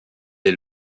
est